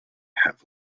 have